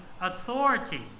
authority